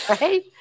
Right